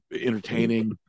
entertaining